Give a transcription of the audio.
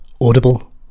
Audible